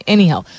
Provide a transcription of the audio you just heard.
Anyhow